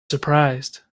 surprised